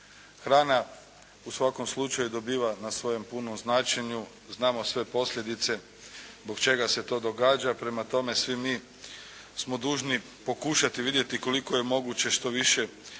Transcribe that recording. Hrana u svakom slučaju dobiva na svojem punom značenju. Znamo sve posljedice zbog čega se to događa. Prema tome, svi mi smo dužni pokušati vidjeti koliko je moguće što više opskrbiti